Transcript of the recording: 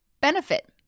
benefit